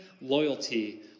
loyalty